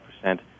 percent